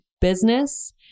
business